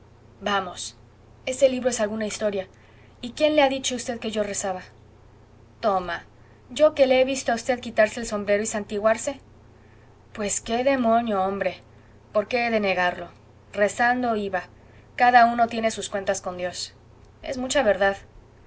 vamos ese libro es alguna historia y quién le ha dicho a v que yo rezaba toma yo que le he visto a v quitarse el sombrero y santiguarse pues qué demonio hombre por qué he de negarlo rezando iba cada uno tiene sus cuentas con dios es mucha verdad